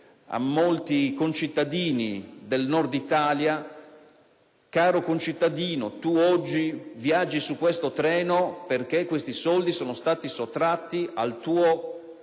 a molti concittadini del Nord Italia: caro concittadino, tu oggi viaggi su questo treno perché questi soldi sono stati sottratti al tuo